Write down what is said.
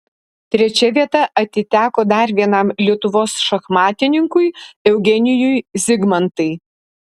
trečia vieta atiteko dar vienam lietuvos šachmatininkui eugenijui zigmantai